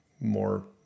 More